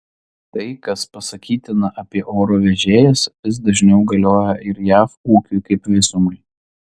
tai kas pasakytina apie oro vežėjas vis dažniau galioja ir jav ūkiui kaip visumai